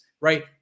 right